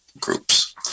groups